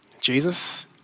Jesus